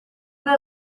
good